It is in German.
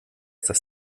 dass